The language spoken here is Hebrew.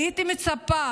הייתי מצפה